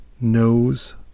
knows